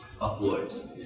upwards